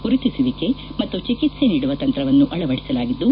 ಗುರುತಿಸುವಿಕೆ ಮತ್ತು ಚಿಕಿತ್ಲೆ ನೀಡುವ ತಂತ್ರವನ್ನು ಅಳವಡಿಸಲಾಗಿದ್ದು